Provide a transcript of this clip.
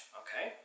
okay